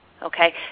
Okay